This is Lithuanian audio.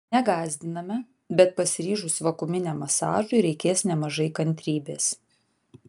negąsdiname bet pasiryžus vakuuminiam masažui reikės nemažai kantrybės